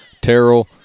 Terrell